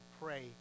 pray